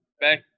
back